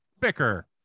bicker